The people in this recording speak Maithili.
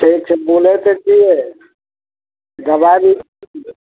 ठीक छै बुलै तऽ छियै दबाइ भी देखियौ